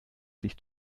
sich